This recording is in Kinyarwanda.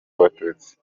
abatutsi